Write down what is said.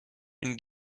une